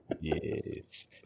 Yes